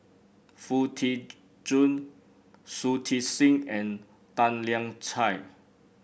Foo Tee Jun Shui Tit Sing and Tan Lian Chye